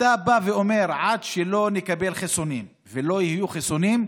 אתה בא ואומר: עד שלא נקבל חיסונים ולא יהיו חיסונים,